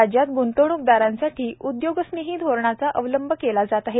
राज्यात ग्ंतवणूकदारांसाठी उद्योगस्नेही धोरणाचा अवलंब केला जात आहे